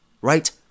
right